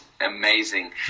amazing